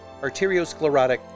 arteriosclerotic